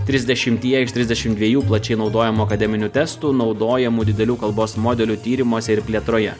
trisdešimtyje iš trisdešimt dviejų plačiai naudojamų akademinių testų naudojamų didelių kalbos modelių tyrimuose ir plėtroje